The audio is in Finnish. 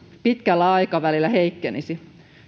pitkällä aikavälillä heikkenisi